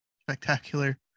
spectacular